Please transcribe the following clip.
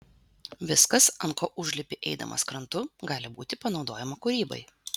viskas ant ko užlipi eidamas krantu gali būti panaudojama kūrybai